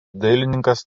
dailininkas